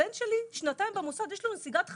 הבן שלי שנתיים במוסד, יש לו נסיגת חניכיים.